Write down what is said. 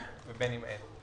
ובין אם לאו.